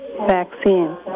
vaccine